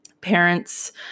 parents